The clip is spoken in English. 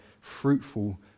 fruitful